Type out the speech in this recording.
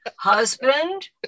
husband